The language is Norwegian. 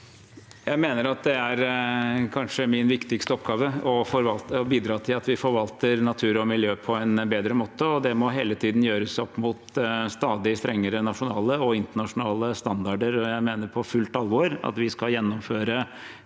Jeg mener at det er kanskje min viktigste oppgave å bidra til at vi forvalter natur og miljø på en bedre måte, og det må hele tiden gjøres opp mot stadig strengere nasjonale og internasjonale standarder. Jeg mener i fullt alvor at vi skal gjennomføre